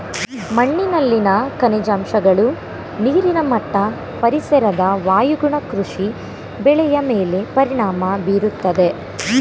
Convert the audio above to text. ಮಣ್ಣಿನಲ್ಲಿನ ಖನಿಜಾಂಶಗಳು, ನೀರಿನ ಮಟ್ಟ, ಪರಿಸರದ ವಾಯುಗುಣ ಕೃಷಿ ಬೆಳೆಯ ಮೇಲೆ ಪರಿಣಾಮ ಬೀರುತ್ತದೆ